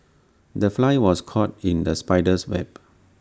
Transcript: the fly was caught in the spider's web